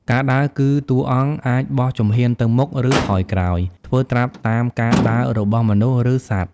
ការដើរគឺ តួអង្គអាចបោះជំហានទៅមុខ ឬថយក្រោយ ធ្វើត្រាប់តាមការដើររបស់មនុស្ស ឬសត្វ។